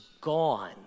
gone